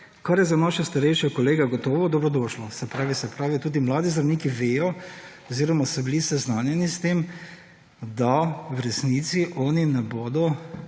kar je za naše starejše kolege gotovo dobrodošlo, se pravi, se pravi, tudi mladi zdravniki vejo oziroma so bili seznanjeni s tem, da v resnici oni ne bodo